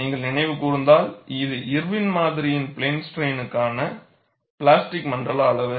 நீங்கள் நினைவு கூர்ந்தால் இது இர்வின் மாதிரியில் பிளேன் ஸ்ட்ரைனுக்கான பிளாஸ்டிக் மண்டல அளவு